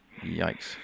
Yikes